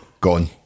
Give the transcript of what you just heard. Gone